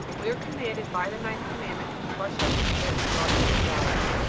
we are commanded by the ninth commandment to keep ourselves pure in thought and desire.